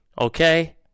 okay